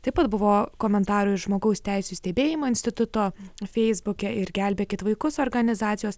taip pat buvo komentarų iš žmogaus teisių stebėjimo instituto feisbuke ir gelbėkit vaikus organizacijos